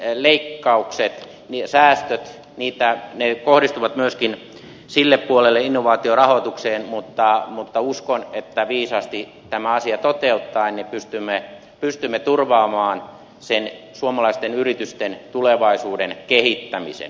nämä yritysrahoituksen leikkaukset säästöt kohdistuvat myöskin sille puolelle innovaatiorahoitukseen mutta uskon että viisaasti tämä asia toteuttaen pystymme turvaamaan suomalaisten yritysten tulevaisuuden kehittämisen